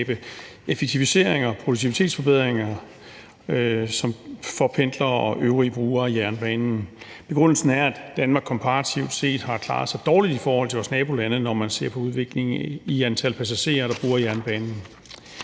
at skabe effektivisering og produktivitetsforbedringer for pendlere og øvrige brugere af jernbanen. Begrundelsen er, at Danmark komparativt set har klaret sig dårligt i forhold til vores nabolande, når man ser på udviklingen i antal passagerer, der bruger jernbanen.